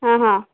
ಹಾಂ ಹಾಂ